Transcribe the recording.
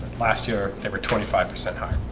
last year, they were twenty five percent higher